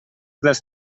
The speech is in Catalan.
dels